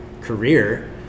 career